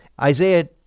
Isaiah